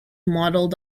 modeled